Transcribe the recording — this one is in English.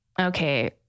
okay